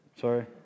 sorry